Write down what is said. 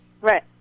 right